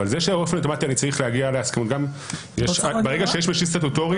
אבל זה שבאופן אוטומטי אני צריך -- ברגע שיש משיב סטטוטורי,